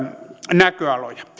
näköaloja